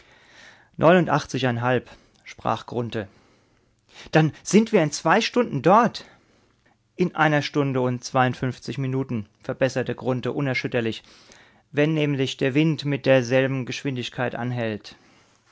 sprach grunthe dann sind wir in zwei stunden dort in einer stunde und zwei minuten verbesserte grunthe unerschütterlich wenn nämlich der wind mit derselben geschwindigkeit anhält